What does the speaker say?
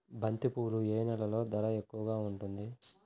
బంతిపూలు ఏ నెలలో ధర ఎక్కువగా ఉంటుంది?